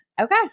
Okay